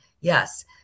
Yes